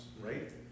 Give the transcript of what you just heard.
right